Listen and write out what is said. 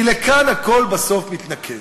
כי לכאן הכול בסוף מתנקז,